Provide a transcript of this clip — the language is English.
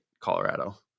Colorado